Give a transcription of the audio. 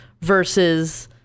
versus